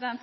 land.